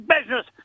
business